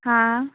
हाँ